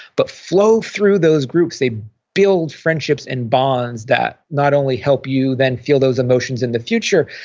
but flow through those groups. they build friendships and bonds that not only help you then feel those emotions in the future,